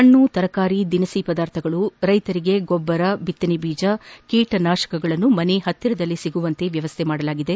ಪಣ್ಣು ತರಕಾರಿ ದಿನಸಿ ಪದಾರ್ಥಗಳು ರೈತರಿಗೆ ಗೊಬ್ಬರ ಬಿತ್ತನೆ ಬೀಜ ಕೀಟ ನಾಶಕಗಳನ್ನು ಮನೆಯ ಆಸುವಾಸಿನಲ್ಲೇ ಸಿಗುವಂತೆ ವ್ಯವಸ್ಥೆ ಮಾಡಲಾಗಿದೆ